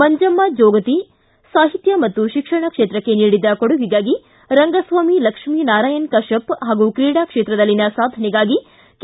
ಮಂಜಮ್ಮ ಜೋಗತಿ ಸಾಹಿತ್ಯ ಮತ್ತು ಶಿಕ್ಷಣ ಕ್ಷೇತ್ರಕ್ಕೆ ನೀಡಿದ ಕೊಡುಗೆಗಾಗಿ ರಂಗಸ್ವಾಮಿ ಲಕ್ಷ್ಮಿನಾರಾಯಣ ಕಶ್ಯಪ್ ಹಾಗೂ ಕ್ರೀಡಾ ಕ್ಷೇತ್ರದಲ್ಲಿನ ಸಾಧನೆಗಾಗಿ ಕೆ